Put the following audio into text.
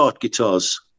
guitars